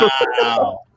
Wow